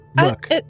look